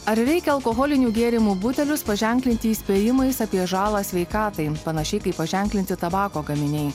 ar reikia alkoholinių gėrimų butelius paženklinti įspėjimais apie žalą sveikatai panašiai kaip paženklinti tabako gaminiai